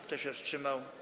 Kto się wstrzymał?